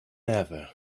ever